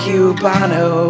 Cubano